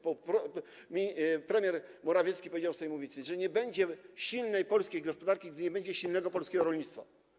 Premier Morawiecki powiedział z tej mównicy, że nie będzie silnej polskiej gospodarki, gdy nie będzie silnego polskiego rolnictwa.